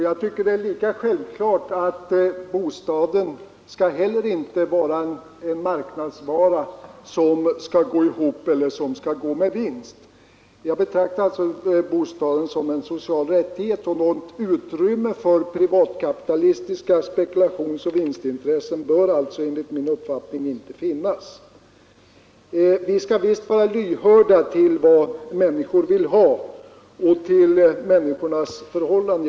Jag tycker det är lika självklart att inte heller bostaden skall vara en marknadsvara, som skall ge vinst. Jag betraktar alltså bostaden som en social rättighet, och något utrymme för privatkapitalistiska spekulationsoch vinstintressen eller konkurrens bör enligt min mening då inte finnas. Visst skall vi vara lyhörda för vad människor vill ha och för människors förhållanden.